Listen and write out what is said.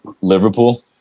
Liverpool